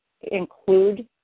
include